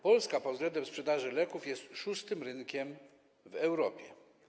Polska pod względem sprzedaży leków jest szóstym rynkiem w Europie.